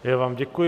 Já vám děkuji.